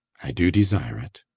i do desire it.